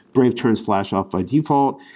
brave turns flash off by default.